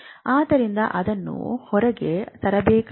ಆದ್ದರಿಂದ ಅದನ್ನು ಹೊರಗೆ ತರಬೇಕಾಗಿದೆ